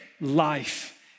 life